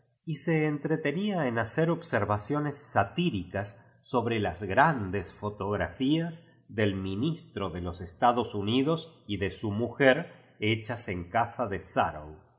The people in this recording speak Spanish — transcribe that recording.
y se entretenía en hacer observaciones batíricas sobre las grandes fotografías del mi nistro ríe los estados unidos y de su mujer hechas en casa de